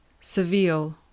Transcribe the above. Seville